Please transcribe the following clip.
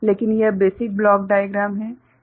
लेकिन यह basic block diagram है